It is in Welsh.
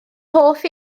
hoff